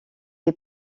est